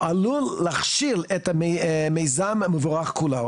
עלול להכשיל את המיזם המבורך כולו.